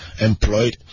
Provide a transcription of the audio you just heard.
employed